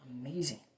Amazing